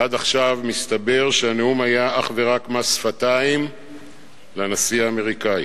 עד עכשיו מסתבר שהנאום היה אך ורק מס שפתיים לנשיא האמריקני.